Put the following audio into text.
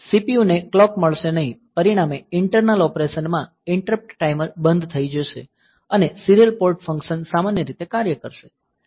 CPU ને clock મળશે નહીં પરિણામે ઇન્ટરનલ ઓપરેશન માં ઈંટરપ્ટ ટાઈમર બંધ થઈ જશે અને સીરીયલ પોર્ટ ફંક્શન સામાન્ય રીતે કાર્ય કરશે